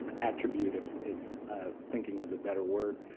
attribute if if thinking of a better word.